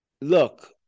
Look